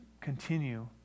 continue